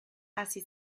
hasi